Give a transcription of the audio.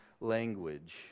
language